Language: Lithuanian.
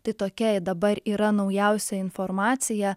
tai tokia dabar yra naujausia informacija